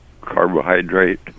carbohydrate